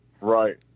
Right